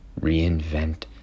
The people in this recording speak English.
Reinvent